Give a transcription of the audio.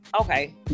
Okay